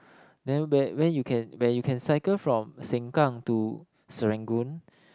then where where you can where you can cycle from Sengkang to Serangoon